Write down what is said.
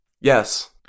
Yes